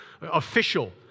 official